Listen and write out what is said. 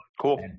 Cool